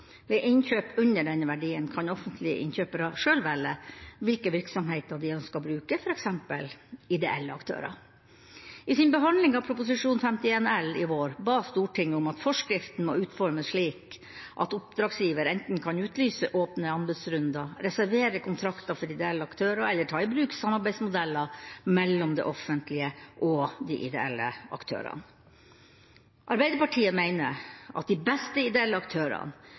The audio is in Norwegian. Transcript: Ved innkjøp under denne verdien kan offentlige innkjøpere selv velge hvilke virksomheter de ønsker å bruke, f.eks. ideelle aktører. I sin behandling av Prop. 51 L i vår ba Stortinget om at forskriften må utformes slik at oppdragsgiver enten kan utlyse åpne anbudsrunder, reservere kontrakter for ideelle aktører eller ta i bruk samarbeidsmodeller mellom det offentlige og de ideelle aktørene. Arbeiderpartiet mener at de beste ideelle aktørene,